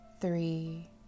Three